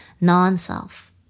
non-self